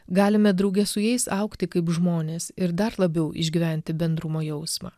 galime drauge su jais augti kaip žmonės ir dar labiau išgyventi bendrumo jausmą